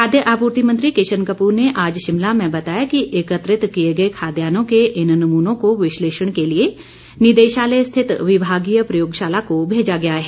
खाद्य आपूर्ति मंत्री किशन कपूर ने आज शिमला में बताया कि एकत्रित किए गए खाद्यानों के इन नमूनों को विशलेषण के लिए निदेशालय स्थित विभागीय प्रयोगशाला को भेजा गया है